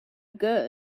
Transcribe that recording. good